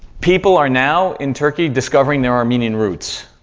people are now in turkey discovering their armenian roots,